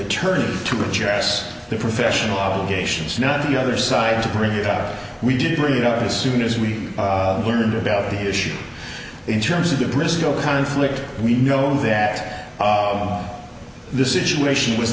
attorney to address the professional obligations not to the other side to bring it up we did bring it up as soon as we learned about the issue in terms of the briscoe conflict we know that this situation was